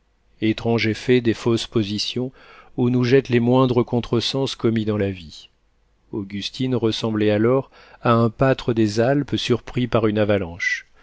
étrange effet des fausses positions où nous jettent les moindres contresens commis dans la vie augustine ressemblait alors à un pâtre des alpes surpris par une avalanche